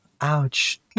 ouch